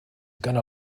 gonna